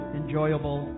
enjoyable